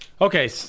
Okay